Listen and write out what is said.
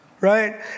right